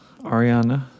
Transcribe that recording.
Ariana